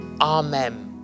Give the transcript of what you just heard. Amen